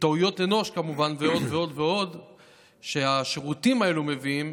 בטעויות אנוש, כמובן, ועוד שהשירותים האלה מביאים,